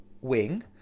wing